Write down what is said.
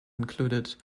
included